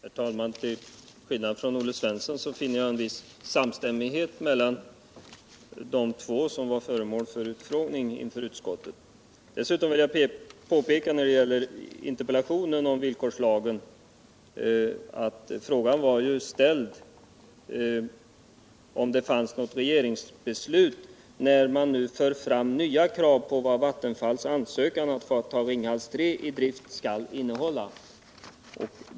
Herr talman! Till skillnad från Olle Svensson finner jag en viss samstämmighet mellan de två som var föremål för utfrågning inför utskottet. Beträffande interpellationen om villkorslagen vill jag dessutom påpeka att den gällde om det fanns något regeringsbeslut där man nu för fram nya krav på vad Vattenfalls ansökan att få ta Ringhals 3 i drift skall innehålla.